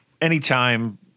anytime